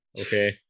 okay